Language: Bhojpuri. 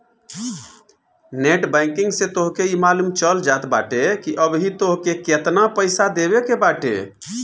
नेट बैंकिंग से तोहके इ मालूम चल जात बाटे की अबही तोहके केतना पईसा देवे के बाटे